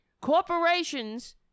Corporations